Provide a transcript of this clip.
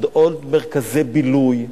על עוד מרכזי בילוי.